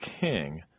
king